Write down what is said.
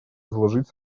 изложить